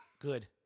Good